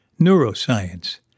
neuroscience